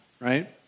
right